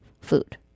food